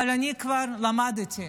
אבל אני כבר למדתי.